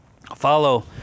Follow